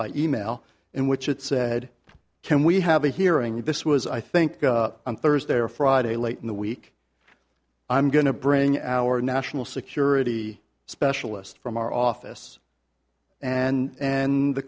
by e mail in which it said can we have a hearing this was i think on thursday or friday late in the week i'm going to bring our national security specialist from our office and and the